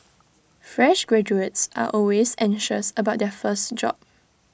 fresh graduates are always anxious about their first job